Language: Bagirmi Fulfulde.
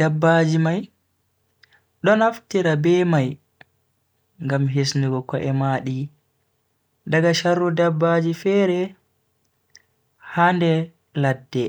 Dabbaji mai do naftira be mai ngam hisnugo ko'e madi daga sharru dabbaaji fere hande ladde.